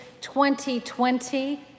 2020